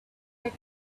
that